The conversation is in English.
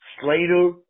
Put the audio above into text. Slater